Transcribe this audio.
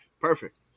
Perfect